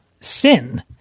sin